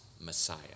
Messiah